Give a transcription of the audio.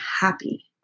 happy